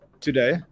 today